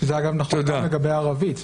זה אגב נכון גם לגבי ערבית.